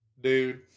dude